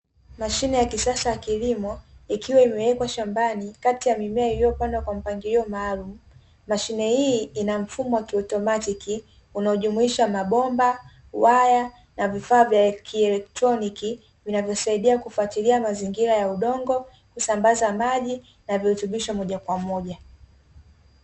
Mashine ya kisasa ya kilimo, ikiwa imewekwa shambani kati ya mimea iliyopandwa kwa mpangilio maalumu, mashine hii ina mfumo wa kiautomatiki inayojumuisha mabomba, waya na vifaa vya kielektroniki vinavyosaidia kufuatilia mazingira ya udongo, kusambaza maji na virutubisho moja kwa moja.